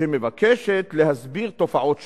שמבקשת להסביר תופעות שונות.